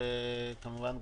וכמובן,